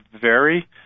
vary